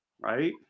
right